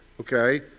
okay